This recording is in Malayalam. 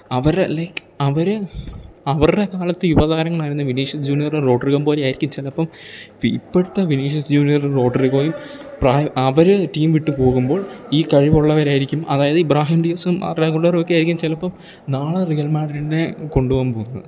അവർ ലൈക്ക് അവർ അവരുടെ കാലത്ത് യുവതാരങ്ങൾ ആയിരുന്ന വിനീഷ്യസ് ജൂന്യറും റോഡ്റികമ്പോലിയാരിക്കും ചിലപ്പം ഇപ്പീ ഇപ്പോഴത്തെ വിനീഷ്യസ് ജൂന്യറും റോഡ്റിഗോയും പ്രായ അവർ ടീം വിട്ട് പോകുമ്പോൾ ഈ കഴിവുള്ളവർ ആയിരിക്കും അതായത് ഇബ്രാഹീം ഡീയ്സ്സും ആര്ഡാ ഗുള്ളറുവൊക്കെയാരിക്കും ചിലപ്പം നാളെ റിയൽ മാഡ്രിഡിനെ കൊണ്ട് പോവാന് പോവുന്നത്